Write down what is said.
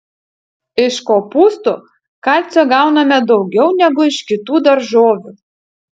iš kopūstų kalcio gauname daugiau negu iš kitų daržovių